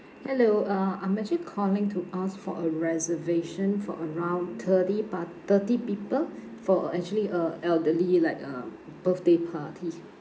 hello uh I'm actually calling to ask for a reservation for around thirty par~ thirty people for a actually a elderly like um birthday party